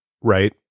Right